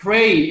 Pray